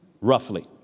roughly